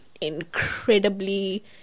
incredibly